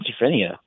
schizophrenia